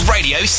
Radio